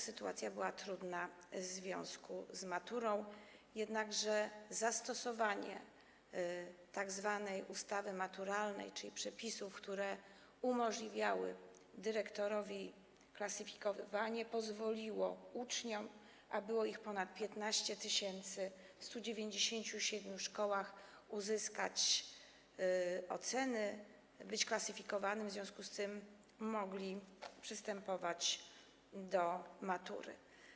Sytuacja była trudna także w związku z maturą, jednakże zastosowanie tzw. ustawy maturalnej, czyli przepisów, które umożliwiały dyrektorowi klasyfikowanie, pozwoliło uczniom, a było ich ponad 15 tys. w 197 szkołach, uzyskać oceny, być klasyfikowanymi, a w związku z tym mogli przystępować do matury.